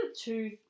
two